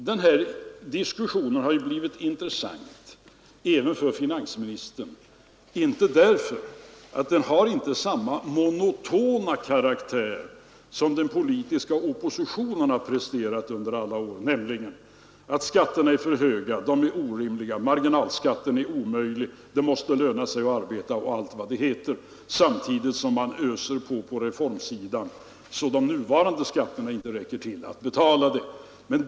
Denna diskussion har blivit intressant även för mig, därför att den inte har samma monotona karaktär som den diskussion som den politiska oppositionen har presterat under alla år, nämligen: skatterna är för höga, de är orimliga, marginalskatten är omöjlig, det måste löna sig att arbeta osv., samtidigt som man öser på på reformsidan, så att de nuvarande skatterna inte räcker till att betala reformerna.